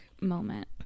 moment